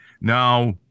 Now